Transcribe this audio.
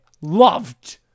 loved